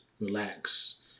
relax